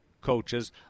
coaches